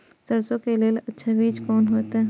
सरसों के लेल अच्छा बीज कोन होते?